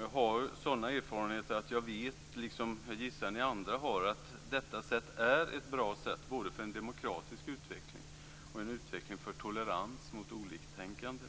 Jag har sådana erfarenheter - jag gissar att ni andra också har det - att jag vet att detta sätt är ett bra sätt både för en demokratisk utveckling och för en utveckling för tolerans gentemot oliktänkande.